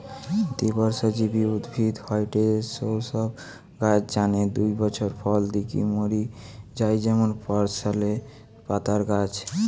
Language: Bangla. দ্বিবর্ষজীবী উদ্ভিদ হয়ঠে সৌ সব গাছ যানে দুই বছর ফল দিকি মরি যায় যেমন পার্সলে পাতার গাছ